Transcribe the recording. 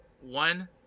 One